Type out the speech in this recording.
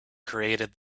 created